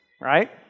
right